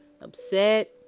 Upset